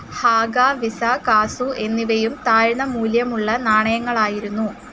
ഹാഗ വിസ കാസു എന്നിവയും താഴ്ന്ന മൂല്യമുള്ള നാണയങ്ങളായിരുന്നു